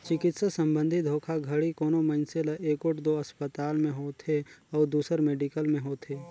चिकित्सा संबंधी धोखाघड़ी कोनो मइनसे ल एगोट दो असपताल में होथे अउ दूसर मेडिकल में होथे